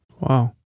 Wow